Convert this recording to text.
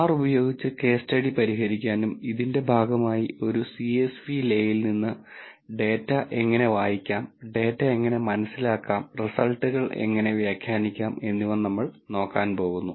R ഉപയോഗിച്ച് case study പരിഹരിക്കാനും ഇതിന്റെ ഭാഗമായി ഒരു CSV le യിൽ നിന്ന് ഡാറ്റ എങ്ങനെ വായിക്കാം ഡാറ്റ എങ്ങനെ മനസ്സിലാക്കാം റിസൾട്ടുകൾ എങ്ങനെ വ്യാഖ്യാനിക്കാം എന്നിവ നമ്മൾ നോക്കാൻ പോകുന്നു